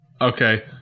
okay